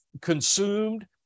consumed